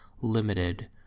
limited